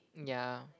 ya